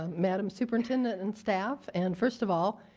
ah madame superintendent and staff and first of all,